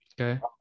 Okay